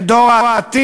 את דור העתיד,